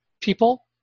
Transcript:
people